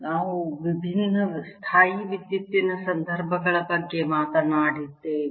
ನಾವು ವಿಭಿನ್ನ ಸ್ಥಾಯೀವಿದ್ಯುತ್ತಿನ ಸಂದರ್ಭಗಳ ಬಗ್ಗೆ ಮಾತನಾಡಿದ್ದೇವೆ